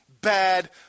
bad